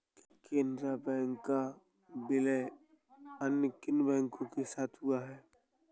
Canara bank का विलय अन्य किन बैंक के साथ हुआ है?